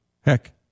Heck